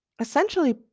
essentially